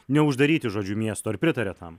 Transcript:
neuždaryti žodžiu miesto ar pritariat tam